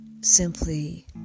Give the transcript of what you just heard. simply